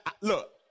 Look